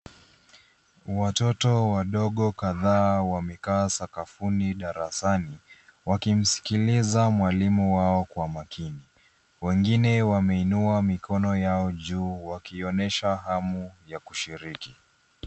Watoto kadhaa wamekaa sakafuni darasani wakimskiliza mwalimu wao kwa makini. Wengine wameinua mikono yao juu wakionyesha hamu ya kushiriki.